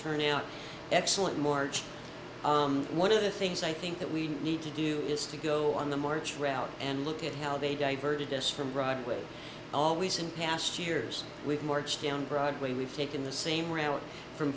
turnout excellent march on one of the things i think that we need to do is to go on the march route and look at how they diverted us from broadway always in past years we've marched down broadway we've taken the same route from